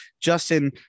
Justin